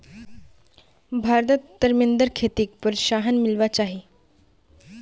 भारतत तरमिंदेर खेतीक प्रोत्साहन मिलवा चाही